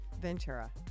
Ventura